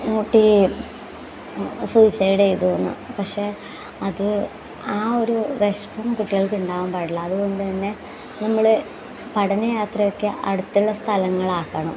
കുട്ടി സൂയിസൈഡ് ചെയ്തു എന്ന് പക്ഷേ അത് ആ ഒരു വിഷമം കുട്ടികൾക്ക് ഉണ്ടാവാൻ പാടില്ല അതുകൊണ്ട് തന്നെ നമ്മൾ പഠനയാത്രയൊക്കെ അടുത്തുള്ള സ്ഥലങ്ങളാക്കണം